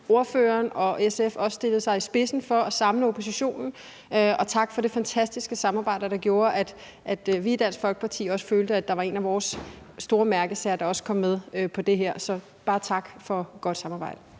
ordføreren og SF også stillede sig i spidsen for at samle oppositionen, og tak for det fantastiske samarbejde, der gjorde, at vi i Dansk Folkeparti også følte, at der var en af vores store mærkesager, der kom med i det her. Så bare tak for et godt samarbejde.